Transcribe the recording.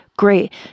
Great